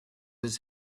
his